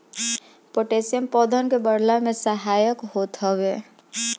potassium पौधन के बढ़ला में सहायक होत हवे